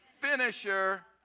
finisher